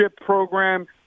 Program